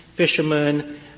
Fishermen